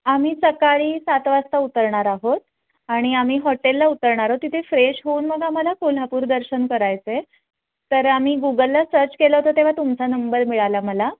आम्ही सकाळी सात वाजता उतरणार आहोत आणि आम्ही हॉटेलला उतरणार आहोत तिथे फ्रेश होऊन मग आम्हाला कोल्हापूरदर्शन करायचं आहे तर आम्ही गुगलला सर्च केलं होतं तेव्हा तुमचा नंबर मिळाला मला